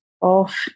off